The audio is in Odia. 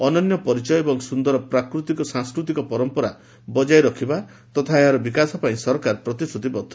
ଅନନ୍ୟ ପରିଚୟ ଏବଂ ସୁନ୍ଦର ସାଂସ୍କୃତିକ ପରମ୍ପରା ବଜାୟ ରଖିବା ତଥା ଏହାର ବିକାଶ ପାଇଁ ସରକାର ପ୍ରତିଶ୍ରତିବଦ୍ଧ